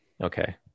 okay